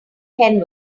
hen